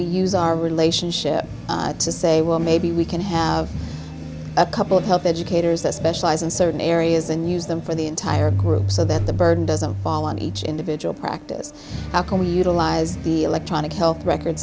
we use our relationship to say well maybe we can have a couple of health educators that specialize in certain areas and use them for the entire group so that the burden doesn't fall on each individual practice how can we utilize the electronic health records